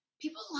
people